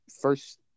First